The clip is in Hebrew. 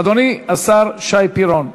אדוני השר שי פירון,